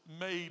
made